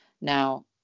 Now